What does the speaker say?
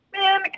Man